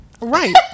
Right